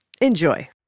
Enjoy